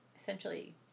essentially